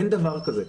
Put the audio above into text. אין דבר כזה.